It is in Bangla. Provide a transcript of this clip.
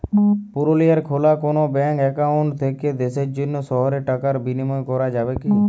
পুরুলিয়ায় খোলা কোনো ব্যাঙ্ক অ্যাকাউন্ট থেকে দেশের অন্য শহরে টাকার বিনিময় করা যাবে কি?